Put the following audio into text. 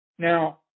Now